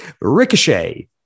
Ricochet